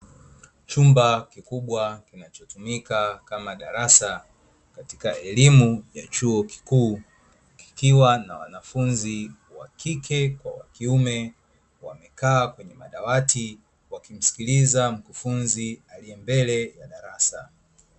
Chumba kikubwa kinachotumika kama darasa katika elimu ya chuo kikuu kikiwa na wanafunzi wa kike kwa wakiume wakikaa kwenye madawati wakimsikiliza mkufunzi aliye mbele ya darasa.